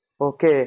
Okay